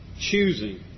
choosing